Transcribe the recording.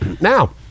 Now